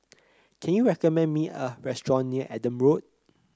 can you recommend me a restaurant near Adam Road